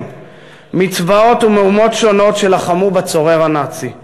מצבאות ומאומות שונים שלחמו בצורר הנאצי.